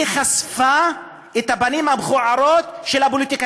היא חשפה את הפנים המכוערות של הפוליטיקה